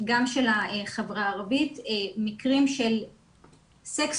גם של החברה הערבית מקרים של סקסטורשן,